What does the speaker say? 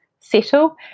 settle